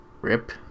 Rip